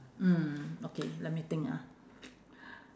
mm okay let me think ah